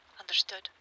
Understood